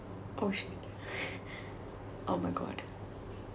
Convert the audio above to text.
oh shit oh my god